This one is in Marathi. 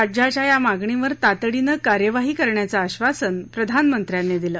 राज्याच्या या मागणीवर तातडीनं कार्यवाही करण्याचं आश्वासन प्रधानमंत्र्यांनी दिलं